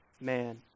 man